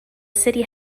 city